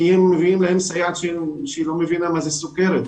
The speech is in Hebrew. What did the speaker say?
כי מביאים להם סייעת שלא מבינה מה זה סוכרת.